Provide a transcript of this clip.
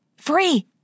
Free